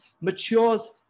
matures